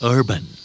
Urban